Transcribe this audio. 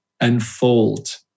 unfold